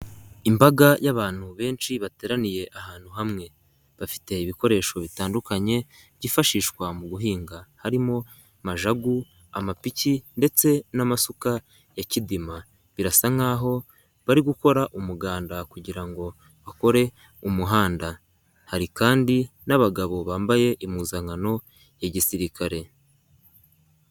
Imbaga y'abantu benshi bateraniye ahantu hamwe, bafite ibikoresho bitandukanye byifashishwa mu guhinga, harimo majagu, amapiki ndetse n'amasuka ya kidima, birasa nk'aho bari gukora umuganda kugira ngo bakore umuhanda, hari kandi n'abagabo bambaye impuzankano ya gisirikare.